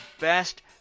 best